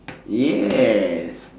yes